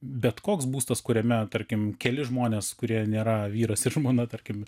bet koks būstas kuriame tarkim keli žmonės kurie nėra vyras ir žmona tarkim